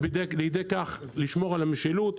ועל ידי כך לשמור על המשילות.